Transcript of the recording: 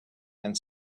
and